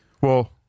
Well-